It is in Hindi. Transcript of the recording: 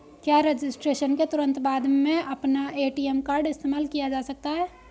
क्या रजिस्ट्रेशन के तुरंत बाद में अपना ए.टी.एम कार्ड इस्तेमाल किया जा सकता है?